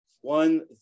one